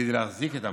כדי להחזיק את המשמעת.